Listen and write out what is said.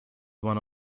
one